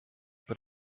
but